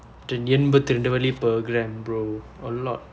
எம்பத்து இரண்டு வெள்ளி:empaththu irandu velli per gram bro a lot